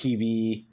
TV